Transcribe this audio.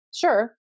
sure